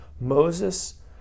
Moses